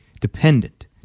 dependent